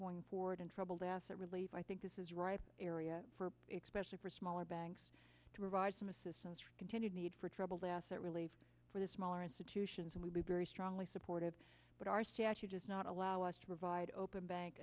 going forward in troubled asset relief i think this is right area for expression for smaller banks to provide some assistance for continued need for troubled asset relief for the smaller institutions and we'll be very strongly supportive but our statute does not allow us to provide open bank